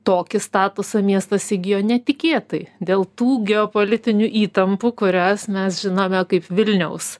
tokį statusą miestas įgijo netikėtai dėl tų geopolitinių įtampų kurias mes žinome kaip vilniaus